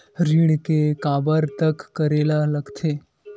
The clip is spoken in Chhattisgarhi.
ऋण के काबर तक करेला लगथे?